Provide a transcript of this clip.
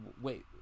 wait